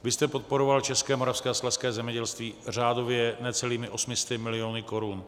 Vy jste podporoval české, moravské a slezské zemědělství řádově necelými 800 miliony korun.